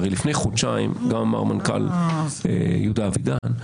הרי לפני חודשיים גם אמר המנכ"ל יהודה אבידן.